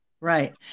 Right